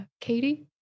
Katie